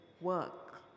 work